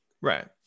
Right